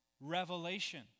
revelation